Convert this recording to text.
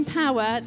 power